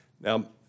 Now